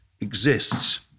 exists